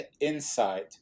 insight